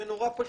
זה נורא פשוט.